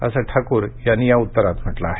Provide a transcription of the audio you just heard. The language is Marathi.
असं ठाकूर यांनी या उत्तरात म्हटलं आहे